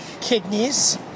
Kidneys